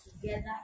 together